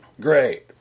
Great